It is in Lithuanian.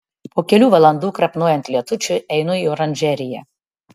po kelių valandų krapnojant lietučiui einu į oranžeriją